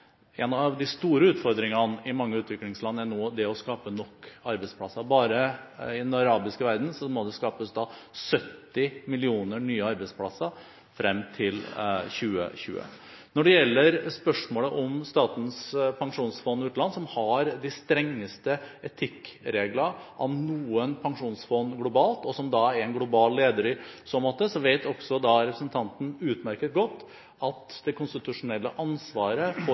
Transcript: En av de store utfordringene i mange utviklingsland nå er å skape nok arbeidsplasser. Bare i den arabiske verden må det skapes 70 millioner nye arbeidsplasser frem til 2020. Når det gjelder spørsmålet om Statens pensjonsfond utland, som har de strengeste etikkregler av noe pensjonsfond globalt, og som er en global leder i så måte, vet representanten utmerket godt at det konstitusjonelle ansvaret for